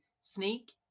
sneak